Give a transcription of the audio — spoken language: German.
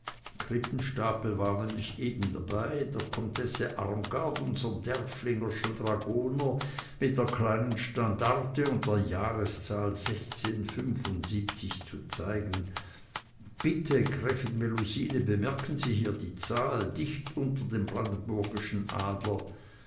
krippenstapel war nämlich eben dabei der comtesse armgard unsern derfflingerschen dragoner mit der kleinen standarte und der jahreszahl zu zeigen bitte gräfin melusine bemerken sie hier die zahl dicht unter dem brandenburgischen adler